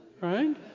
right